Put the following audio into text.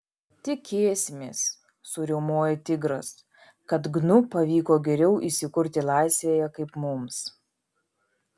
tikėsimės suriaumojo tigras kad gnu pavyko geriau įsikurti laisvėje kaip mums